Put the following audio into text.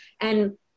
And-